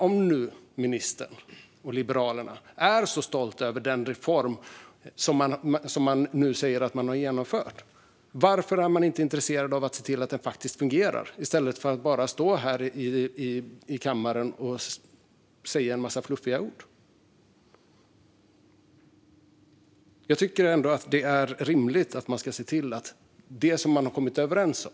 Om ministern och Liberalerna nu är så stolta över den reform som de säger sig ha genomfört undrar jag varför de inte är intresserade av att den faktiskt ska fungera. I stället står ministern här i kammaren och bara säger en massa fluffiga ord. Jag tycker ändå att det är rimligt att man håller det man har kommit överens om.